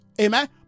Amen